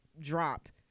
dropped